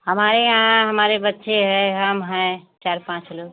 हमारे यहाँ हमारे बच्चे है हम हैं चार पाँच लोग